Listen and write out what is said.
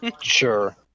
Sure